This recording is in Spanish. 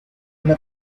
una